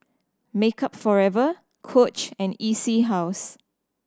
Makeup Forever Coach and E C House